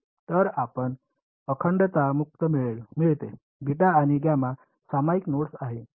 तर आपणास अखंडता मुक्त मिळते आणि सामायिक नोड्स आहेत